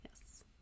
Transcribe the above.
Yes